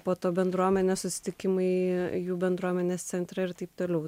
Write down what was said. po to bendruomenės susitikimai jų bendruomenės centrą ir taip toliau